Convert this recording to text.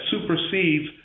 supersedes